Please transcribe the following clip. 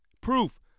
proof